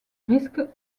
risque